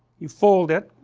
you fold it,